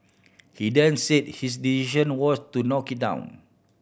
he then said his decision was to knock it down